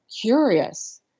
curious